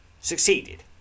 Succeeded